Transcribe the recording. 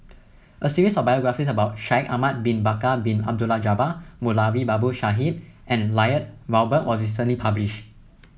a series of biographies about Shaikh Ahmad Bin Bakar Bin Abdullah Jabbar Moulavi Babu Sahib and Lloyd Valberg was recently published